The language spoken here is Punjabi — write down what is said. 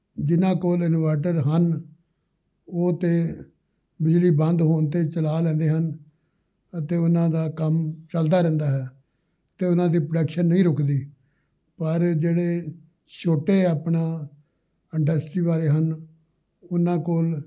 ਜਿਨ੍ਹਾਂ ਕੋਲ ਇਨਵਾਟਰ ਹਨ ਉਹ ਤਾਂ ਬਿਜਲੀ ਬੰਦ ਹੋਣ 'ਤੇ ਚਲਾ ਲੈਂਦੇ ਹਨ ਅਤੇ ਉਹਨਾਂ ਦਾ ਕੰਮ ਚੱਲਦਾ ਰਹਿੰਦਾ ਹੈ ਅਤੇ ਉਹਨਾਂ ਦੀ ਪ੍ਰੋਡਕਸ਼ਨ ਨਹੀਂ ਰੁਕਦੀ ਪਰ ਜਿਹੜੇ ਛੋਟੇ ਆਪਣਾ ਇੰਡਸਟਰੀ ਵਾਲੇ ਹਨ ਉਹਨਾਂ ਕੋਲ